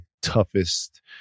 toughest